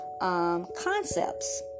concepts